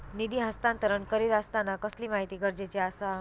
निधी हस्तांतरण करीत आसताना कसली माहिती गरजेची आसा?